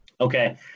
Okay